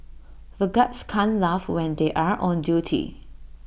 the guards can't laugh when they are on duty